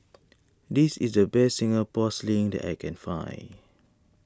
this is the best Singapore Sling that I can find